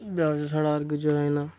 ব্যবসা ছাড়া আর কিছু হয় না